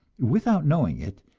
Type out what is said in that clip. without knowing it,